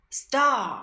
star